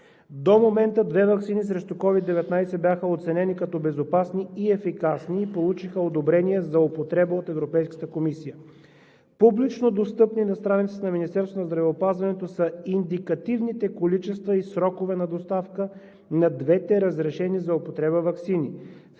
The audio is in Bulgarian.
До момента две ваксини срещу COVID-19 бяха оценени като безопасни и ефикасни и получиха одобрение за употреба от Европейската комисия. Публично достъпни на страницата на Министерството на здравеопазването са индикативните количества и срокове на доставка на двете разрешени за употреба ваксини.